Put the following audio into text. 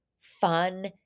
fun